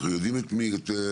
אנחנו יודעים את המגבלות,